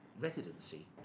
residency